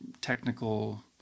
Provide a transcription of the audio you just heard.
technical